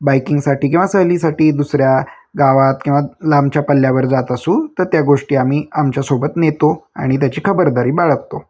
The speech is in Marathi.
बाईकिंगसाठी किंवा सहलीसाठी दुसऱ्या गावात किंवा लांबच्या पल्ल्यावर जात असू तर त्या गोष्टी आम्ही आमच्यासोबत नेतो आणि त्याची खबरदारी बाळगतो